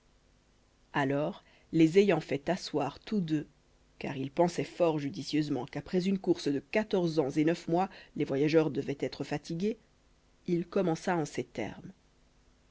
alors les ayant fait asseoir tous deux car il pensait fort judicieusement qu'après une course de quatorze ans et neuf mois les voyageurs devaient être fatigués il commença en ces termes